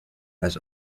has